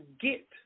get